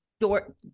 door